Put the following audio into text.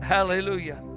Hallelujah